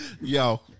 yo